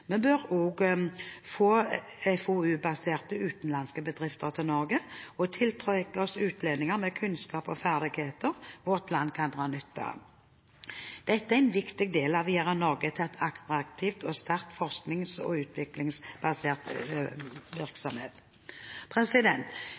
Vi bør også få FoU-baserte utenlandske bedrifter til Norge og tiltrekke oss utlendinger med kunnskap og ferdigheter vårt land kan dra nytte av. Dette er en viktig del av å gjøre Norge til et attraktivt sted for FoU-basert virksomhet. At stadig flere nordmenn tar utdanning i utlandet, og